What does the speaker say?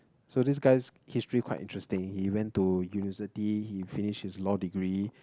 so this guy's history quite interesting he went to university he finished his law degree